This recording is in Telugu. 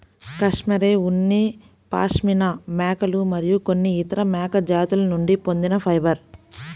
కష్మెరె ఉన్ని పాష్మినా మేకలు మరియు కొన్ని ఇతర మేక జాతుల నుండి పొందిన ఫైబర్